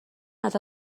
ازت